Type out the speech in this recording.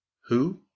Who